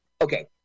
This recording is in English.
okay